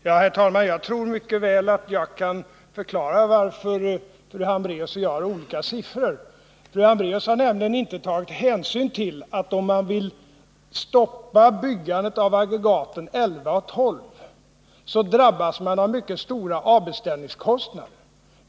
Herr talman! Jag tror att jag mycket väl kan förklara varför fru Hambraeus och jag använder olika siffror. Fru Hambraeus har nämligen inte tagit hänsyn till att man, om man vill stoppa byggandet av aggregaten 11 och 12, drabbas av mycket stora avbeställningskostnader.